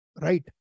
right